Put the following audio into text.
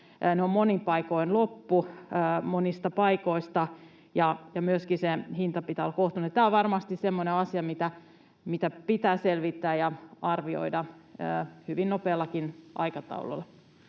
ne ovat monin paikoin loppu monista paikoista — ja myöskin sen hinnan pitää olla kohtuullinen. Tämä on varmasti semmoinen asia, mitä pitää selvittää ja arvioida hyvin nopeallakin aikataululla.